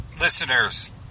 listeners